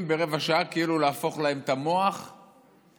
וברבע שעה כאילו להפוך להם את המוח לגמרי,